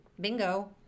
bingo